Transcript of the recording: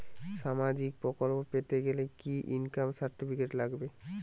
সামাজীক প্রকল্প পেতে গেলে কি ইনকাম সার্টিফিকেট লাগবে?